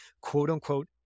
quote-unquote